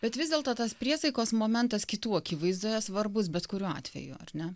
bet vis dėlto tas priesaikos momentas kitų akivaizdoje svarbus bet kuriuo atveju ar ne